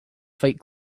fight